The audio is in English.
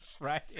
right